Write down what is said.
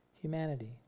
humanity